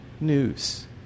news